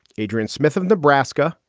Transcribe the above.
adrian smith of nebraska,